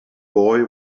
boy